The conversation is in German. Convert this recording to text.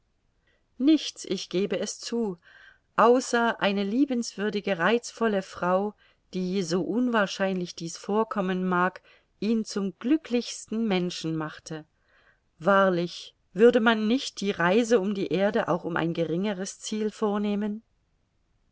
nichts ich gebe es zu außer eine liebenswürdige reizvolle frau die so unwahrscheinlich dies vorkommen mag ihn zum glücklichsten menschen machte wahrlich würde man nicht die reise um die erde auch um ein geringere ziel vornehmen